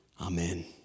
Amen